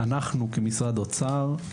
אנחנו כמשרד האוצר,